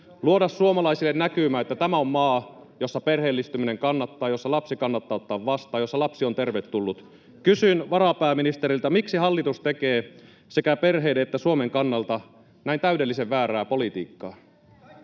luoda suomalaisille näkymä, että tämä on maa, jossa perheellistyminen kannattaa, [Mauri Peltokangas: Neljä vuotta tumpeloitte!] jossa lapsi kannattaa ottaa vastaan, jossa lapsi on tervetullut. Kysyn varapääministeriltä: miksi hallitus tekee sekä perheiden että Suomen kannalta näin täydellisen väärää politiikkaa?